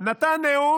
הוא נתן נאום,